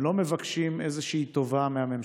הם לא מבקשים איזושהי טובה מהממשלה.